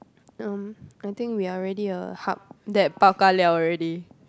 um I think we're already a hub that bao ka liao already